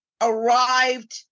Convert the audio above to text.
arrived